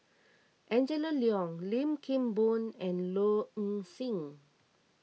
Angela Liong Lim Kim Boon and Low Ing Sing